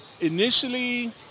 initially